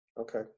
Okay